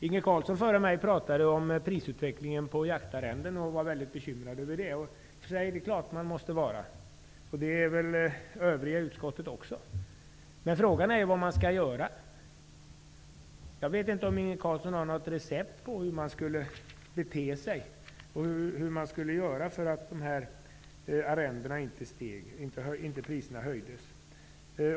Före mig talade Inge Carlsson om prisutvecklingen på jaktarrenden, som han var väldigt bekymrad över. Det är det klart att man måste vara, och det är väl de övriga i utskottet också. Frågan är vad man skall göra. Jag vet inte om Inge Carlsson har något recept på hur man skulle göra för att de här arrendepriserna inte skall höjas.